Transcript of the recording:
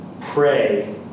pray